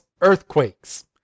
earthquakes